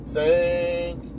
Thank